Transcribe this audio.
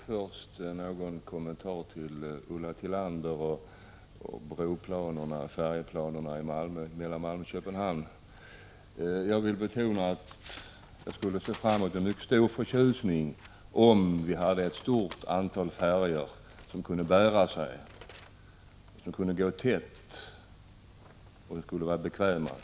Herr talman! Först en kommentar till Ulla Tillander om planerna beträffande en brooch färjeförbindelse mellan Malmö och Köpenhamn. Jag vill betona att jag med mycket stor förtjusning skulle se att vi hade ett stort antal färjor som kunde bära sig ekonomiskt och som kunde gå tätt och vara bekväma.